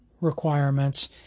requirements